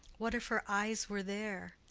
what if her eyes were there,